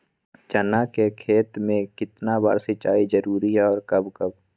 चना के खेत में कितना बार सिंचाई जरुरी है और कब कब?